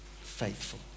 faithful